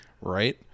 Right